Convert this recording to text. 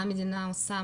מה המדינה עושה,